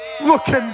looking